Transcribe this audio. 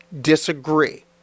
disagree